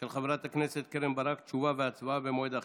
של חברת הכנסת קרן ברק, תשובה והצבעה במועד אחר.